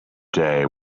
day